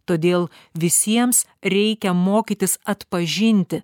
todėl visiems reikia mokytis atpažinti